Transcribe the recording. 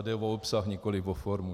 Jde o obsah, nikoli o formu.